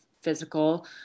physical